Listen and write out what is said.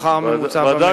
השכר הממוצע במשק.